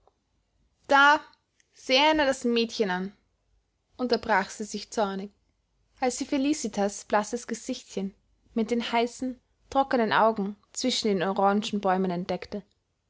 da seh einer das mädchen an unterbrach sie sich zornig als sie felicitas blasses gesichtchen mit den heißen trockenen augen zwischen den orangenbäumen entdeckte